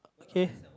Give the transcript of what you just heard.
okay